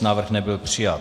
Návrh nebyl přijat.